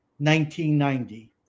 1990